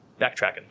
backtracking